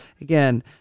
Again